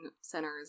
centers